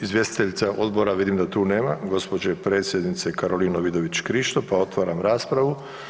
Izvjestiteljica odbora, vidim da tu nema gđe. predsjednice Karoline Vidović Krišto pa otvaram raspravu.